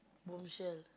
Bombshell